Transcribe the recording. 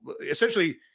essentially